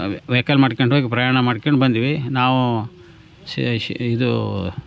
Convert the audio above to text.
vehicle ಮಾಡಿಕೊಂಡೋಗಿ ಪ್ರಯಾಣ ಮಾಡ್ಕೊಂಡು ಬಂದ್ವಿ ನಾವು ಶ್ ಶ್ ಇದು